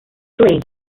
three